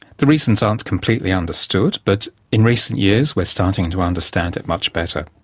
the reasons aren't completely understood, but in recent years we're starting to understand it much better.